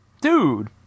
Dude